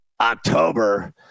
October